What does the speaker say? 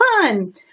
fun